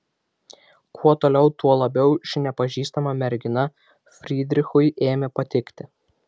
kuo toliau tuo labiau ši nepažįstama mergina frydrichui ėmė patikti